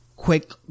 quick